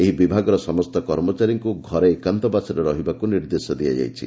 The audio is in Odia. ଏହି ବିଭାଗର ସମସ୍ତ କର୍ମଚାରୀଙ୍କୁ ଘରେ ଏକାନ୍ତବାସରେ ରହିବାକୁ ନିର୍ଦ୍ଦେଶ ଦିଆଯାଇଛି